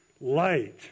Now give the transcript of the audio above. light